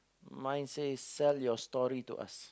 mine says sell your story to us